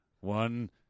one